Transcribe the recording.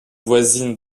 voisines